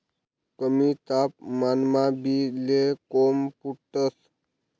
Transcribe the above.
कमी तापमानमा बी ले कोम फुटतंस